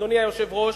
אדוני היושב-ראש,